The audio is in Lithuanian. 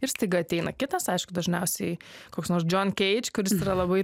ir staiga ateina kitas aišku dažniausiai koks nors džon keidž kuris yra labai